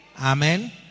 Amen